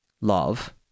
love